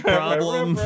problem